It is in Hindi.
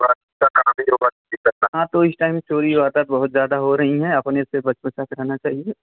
हाँ तो इस टाइम में चोरी वारदात बहुत ज़्यादा हो रही हैं अपने से बच बचा कर रहना चाहिए